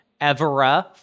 evera